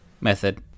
method